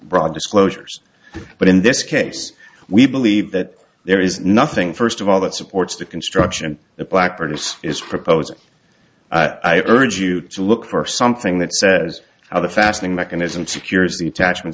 broad disclosures but in this case we believe that there is nothing first of all that supports the construction of blackbeard's is proposing i urge you to look for something that says how the fasting mechanism secures the attachment